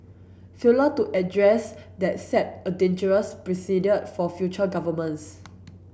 failure to address that set a dangerous precedent for future governments